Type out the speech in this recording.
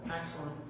Excellent